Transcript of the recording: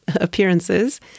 appearances